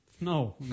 No